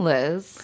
Liz